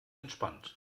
entspannt